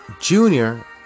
Junior